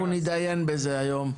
אנחנו נתדיין בזה היום.